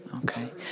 Okay